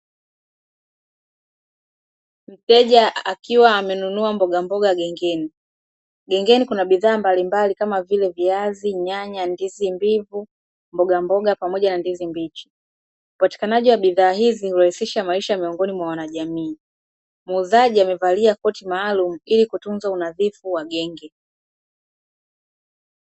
Mteja akiwa amenunua mbogamboga gengeni, gengeni kuna bidhaa mbalimbali kama vile: viazi, nyanya, ndizi mbivu, mbogamboga pamoja na ndizi mbichi, upatikanaji wa bidhaa hizi hurefusha maisha miongoni mwa wanajamii. Muuzaji amevalia koti maalumu ili kutunza unadhifu wa genge.